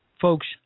folks